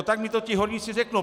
Tak mi to ti horníci řeknou.